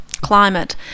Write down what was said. climate